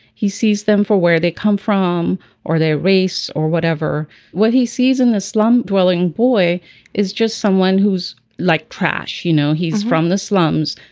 he sees them for where they come from or their race or whatever what he sees in the slum dwelling boy is just someone who's like trash. you know he's from the slums.